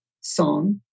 song